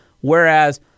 Whereas